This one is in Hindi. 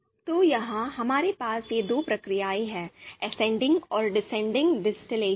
तो यहां हमारे पास ये दो प्रक्रियाएं हैं ascending और descending distillation प्रक्रियाएं